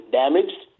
damaged